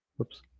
oops